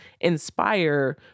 inspire